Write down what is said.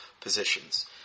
positions